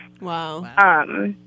Wow